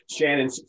Shannon